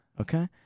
Okay